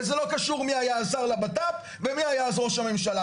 וזה לא קשור מי היה השר לבט"פ ומי היה אז ראש הממשלה,